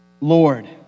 Lord